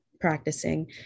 practicing